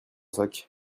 sac